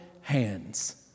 hands